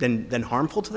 than than harmful to